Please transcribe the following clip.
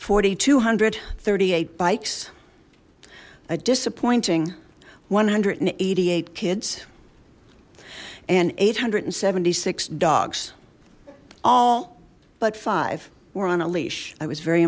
forty two hundred and thirty eight bikes a disappointing one hundred and eighty eight kids an eight hundred and seventy six dogs all but five were on a leash i was very